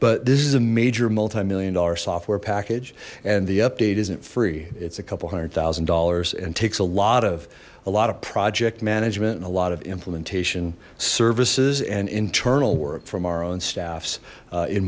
but this is a major multi million dollar software package and the update isn't free it's a couple hundred thousand dollars and takes a lot of a lot of project management and a lot of implementation services and internal work from our own staffs